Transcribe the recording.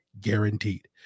guaranteed